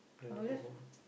then you go home